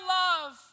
love